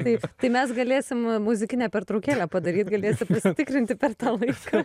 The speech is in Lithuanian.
taip tai mes galėsim muzikinę pertraukėlę padaryt galėsi pasitikrinti per tą laiką